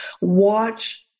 watch